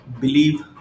Believe